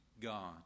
God